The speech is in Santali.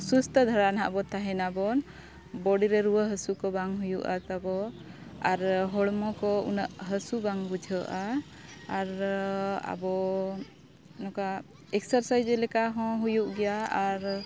ᱥᱩᱥᱛᱷᱚ ᱫᱷᱟᱨᱟ ᱱᱟᱜ ᱵᱚᱱ ᱛᱟᱦᱮᱱᱟ ᱵᱚᱱ ᱵᱚᱰᱤ ᱨᱮ ᱨᱩᱣᱟᱹ ᱦᱟᱹᱥᱩ ᱠᱚ ᱵᱟᱝ ᱦᱩᱭᱩᱜᱼᱟ ᱛᱟᱵᱚᱱ ᱟᱨ ᱦᱚᱲᱢᱚ ᱠᱚ ᱩᱱᱟᱹᱜ ᱦᱟᱹᱥᱩ ᱵᱟᱝ ᱵᱩᱡᱷᱟᱹᱜᱼᱟ ᱟᱨ ᱟᱵᱚ ᱱᱚᱝᱠᱟ ᱮᱠᱥᱟᱨᱥᱟᱭᱤᱡᱽ ᱞᱮᱠᱟ ᱦᱚᱸ ᱦᱩᱭᱩᱜ ᱜᱮᱭᱟ ᱟᱨ